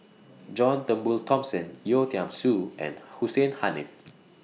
John Turnbull Thomson Yeo Tiam Siew and Hussein Haniff